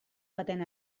baten